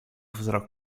wzrok